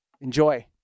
Enjoy